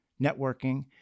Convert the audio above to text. networking